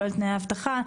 בכל תנאי האבטחה,